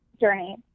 journey